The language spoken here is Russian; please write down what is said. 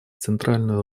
центральную